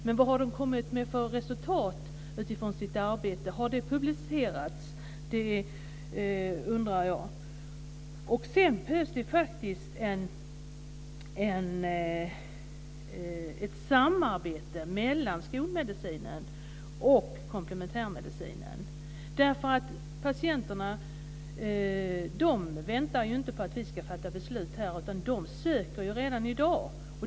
Men vilka resultat har kliniken kommit med? Har de publicerats? Det behövs ett samarbete mellan skolmedicinen och komplementärmedicinen. Patienterna väntar inte på att vi ska fatta beslut. De söker redan i dag.